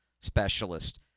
specialist